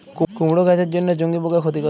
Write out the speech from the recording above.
কুমড়ো গাছের জন্য চুঙ্গি পোকা ক্ষতিকর?